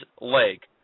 leg